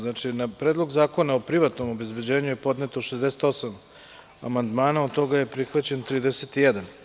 Znači, na Predlog zakona o privatnom obezbeđenju je podneto 68 amandmana, a od toga je prihvaćen 31.